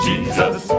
Jesus